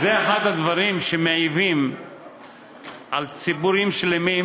זה אחד הדברים שמעיבים על ציבורים שלמים